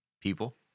People